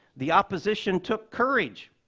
the opposition took courage.